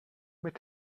mit